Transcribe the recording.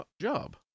job